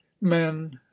men